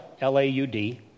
L-A-U-D